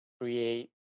create